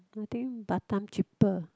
I think Batam cheaper